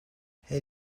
her